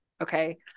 okay